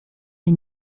les